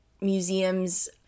museums